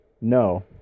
No